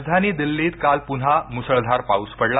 राजधानी दिल्लीत काल पुन्हा मुसळधार पाऊस पडला